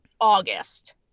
August